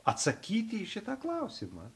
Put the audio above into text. atsakyti į šitą klausimą